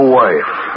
wife